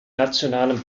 nationalen